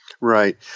Right